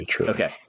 Okay